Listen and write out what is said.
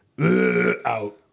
Out